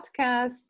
podcast